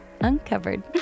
uncovered